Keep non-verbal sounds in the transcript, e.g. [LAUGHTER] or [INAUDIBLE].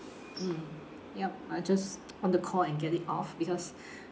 mm yup I just on the call and get it off because [BREATH]